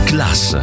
Class